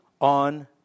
on